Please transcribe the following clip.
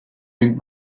luc